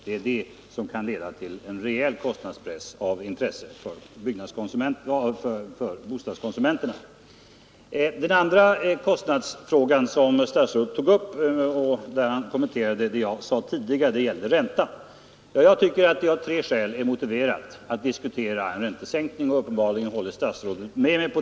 Det är detta som kan leda till en verklig kostnadspress, av intresse för bostadskonsumenterna. Så tog statsrådet upp vad jag sade tidigare om räntan. Jag tycker att det av tre skäl är motiverat att diskutera en räntesänkning.